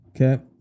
Okay